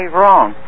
wrong